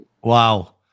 Wow